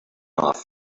off